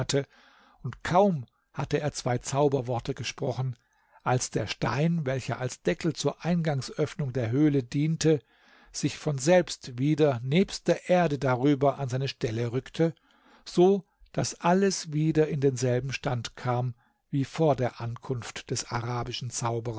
und kaum hatte er zwei zauberworte gesprochen als der stein welcher als deckel zur eingangsöffnung der höhle diente sich von selbst wieder nebst der erde darüber an seine stelle rückte so daß alles wieder in denselben stand kam wie vor der ankunft des arabischen zauberers